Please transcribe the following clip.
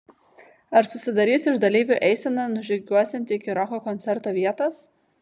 ar susidarys iš dalyvių eisena nužygiuosianti iki roko koncerto vietos